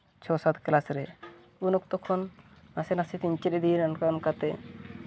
ᱪᱷᱚ ᱥᱟᱛ ᱠᱞᱟᱥ ᱨᱮ ᱩᱱ ᱚᱠᱛᱚ ᱠᱷᱚᱱ ᱱᱟᱥᱮ ᱱᱟᱥᱮ ᱛᱤᱧ ᱪᱮᱫ ᱤᱫᱤᱭᱮᱱᱟ ᱚᱱᱠᱟ ᱚᱱᱠᱟᱛᱮ